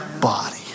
body